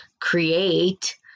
create